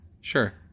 sure